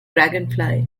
dragonfly